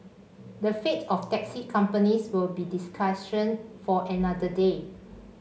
the fate of taxi companies will be discussion for another day